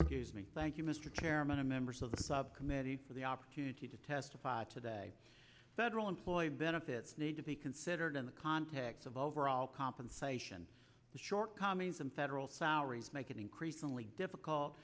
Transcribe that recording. much thank you mr chairman and members of the subcommittee for the opportunity to testify today federal employee benefits need to be considered in the context of overall compensation the shortcomings in federal salaries make it increasingly difficult